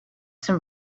some